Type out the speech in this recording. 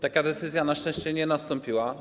Taka decyzja na szczęście nie nastąpiła.